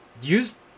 use